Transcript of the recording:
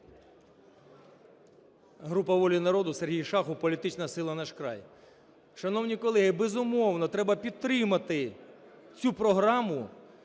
Група "Воля народу", Сергій Шахов, політична сила "Наш край". Шановні колеги, безумовно, треба підтримати цю програму